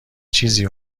چیزی